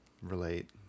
relate